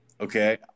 okay